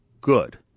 Good